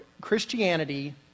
Christianity